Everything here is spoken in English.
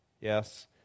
Yes